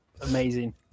amazing